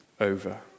over